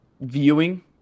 viewing